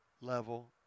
level